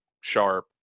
Sharp